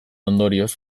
ondorioz